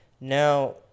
Now